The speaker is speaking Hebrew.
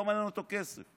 לא מעניין אותו כסף.